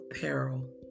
peril